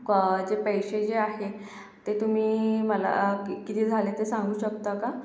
जे पैसे जे आहेत ते तुम्ही मला किती झाले ते सांगू शकता का